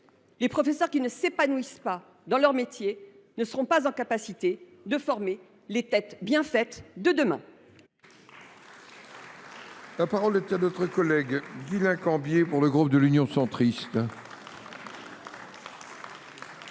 les professeurs qui ne s’épanouissent pas dans leur métier ne seront pas en mesure de former les têtes bien faites de demain ! La parole est à M. Guislain Cambier, pour le groupe Union Centriste.